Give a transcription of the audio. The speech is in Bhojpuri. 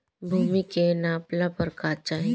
भूमि के नापेला का चाही?